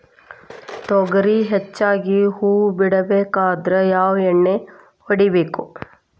ತೊಗರಿ ಹೆಚ್ಚಿಗಿ ಹೂವ ಬಿಡಬೇಕಾದ್ರ ಯಾವ ಎಣ್ಣಿ ಹೊಡಿಬೇಕು?